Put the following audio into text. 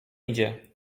idzie